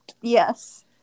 Yes